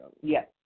Yes